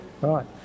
right